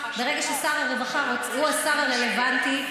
הוא השר הרלוונטי,